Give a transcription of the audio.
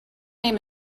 name